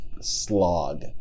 slog